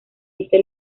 hice